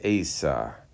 Asa